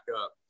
up